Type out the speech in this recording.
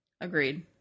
Agreed